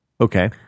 Okay